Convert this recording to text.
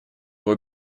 его